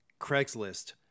Craigslist